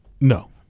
No